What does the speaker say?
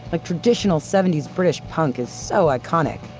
like traditional seventy s british punk, is so iconic.